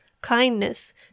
kindness